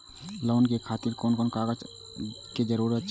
Loan के खातिर कोन कोन कागज के जरूरी छै?